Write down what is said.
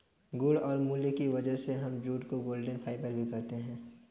गुण और मूल्य की वजह से हम जूट को गोल्डन फाइबर भी कहते है